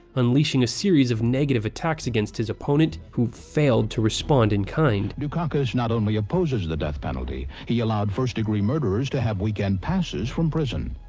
unleashing a series of negative attacks against his opponent, who failed to respond in kind. dukakis not only opposes the death penalty, he allowed first degree murderers to have weekend passes from prison.